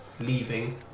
leaving